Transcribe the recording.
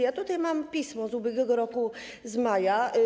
Ja tutaj mam pismo z ubiegłego roku, z maja.